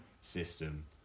system